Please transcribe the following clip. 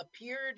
appeared